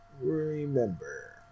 remember